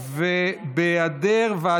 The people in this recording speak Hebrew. לאסירי ציון ולבני משפחותיהם (תיקון,